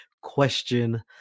question